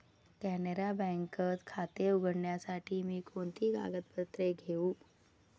कॅनरा बँकेत खाते उघडण्यासाठी मी कोणती कागदपत्रे घेऊ?